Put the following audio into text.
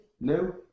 no